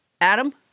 Adam